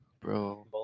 Bro